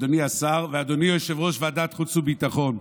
אדוני השר ואדוני יושב-ראש ועדת חוץ וביטחון,